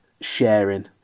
sharing